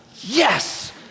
Yes